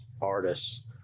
artists